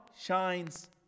shines